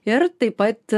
ir taip pat